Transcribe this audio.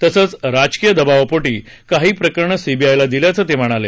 तसंच राजकीय दबावापोटी काही प्रकरणं सीबीआयला दिल्याचं ते म्हणाले